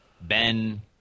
Ben